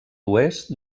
oest